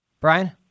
Brian